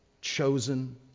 chosen